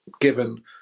given